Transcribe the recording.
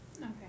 Okay